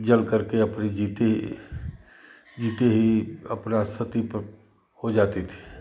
जल करके अपनी जीते जीते ही अपना सती प हो जाती थी